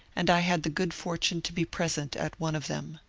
and i had the good fortune to be present at one of them.